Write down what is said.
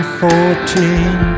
fourteen